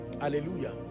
Hallelujah